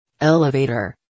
Elevator